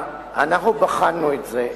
אנחנו בחנו את זה,